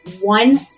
one